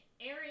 area